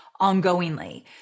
ongoingly